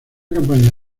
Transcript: campaña